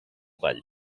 ball